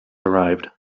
arrived